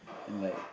and like